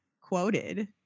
quoted